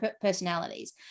personalities